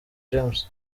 james